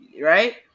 right